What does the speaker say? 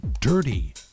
dirty